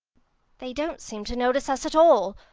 they don't seem to notice us at all.